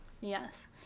Yes